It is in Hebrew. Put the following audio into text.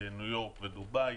ניו יורק ודובאי.